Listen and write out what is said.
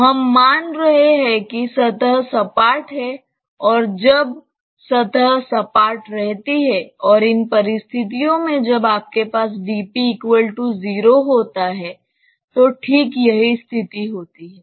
तो हम मान रहे हैं कि सतह सपाट है और जब सतह सपाट रहती है और इन परिस्थितियों में जब आपके पास dp 0 होता है तो ठीक यही स्थिति होती है